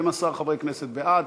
12 חברי כנסת בעד,